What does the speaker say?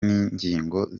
n’ingingo